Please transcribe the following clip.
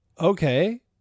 okay